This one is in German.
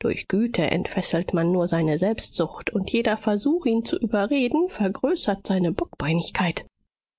durch güte entfesselt man nur seine selbstsucht und jeder versuch ihn zu überreden vergrößert seine